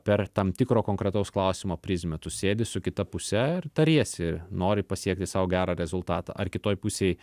per tam tikro konkretaus klausimo prizmę tu sėdi su kita puse ir tariesi nori pasiekti sau gerą rezultatą ar kitoj pusėj